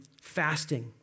fasting